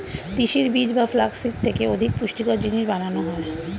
তিসির বীজ বা ফ্লাক্স সিড থেকে অধিক পুষ্টিকর জিনিস বানানো হয়